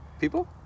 People